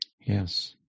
Yes